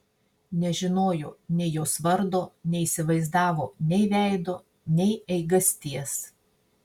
nežinojo nei jos vardo neįsivaizdavo nei veido nei eigasties